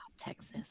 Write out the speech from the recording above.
Texas